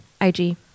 ig